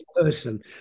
person